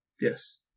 Yes